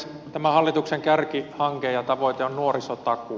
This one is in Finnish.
tämä hallituksen kärkihanke ja tavoite on nuorisotakuu